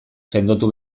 sendotu